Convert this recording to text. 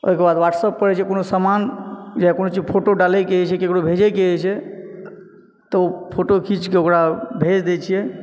ओहिके बाद व्हाट्सअप पर कोनो सामान या कोनो चीज के फोटो डालै के जे छै या भेजै के जे छै तऽ फोटो खींच कऽ ओकरा भेज दै छियै